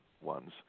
ones